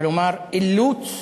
כלומר אילוץ